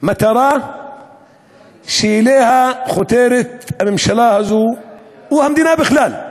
מטרה שאליה חותרת הממשלה הזו או המדינה בכלל.